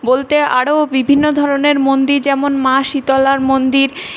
বলতে আরো বিভিন্ন ধরনের মন্দির যেমন মা শীতলার মন্দির